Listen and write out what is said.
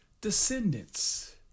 descendants